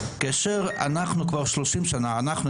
כאשר אנחנו כבר 30 שנים כשאני אומר אנחנו,